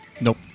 Nope